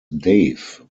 dave